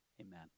Amen